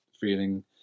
feeling